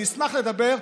אני אשמח לדבר.